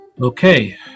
Okay